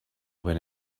when